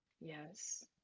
Yes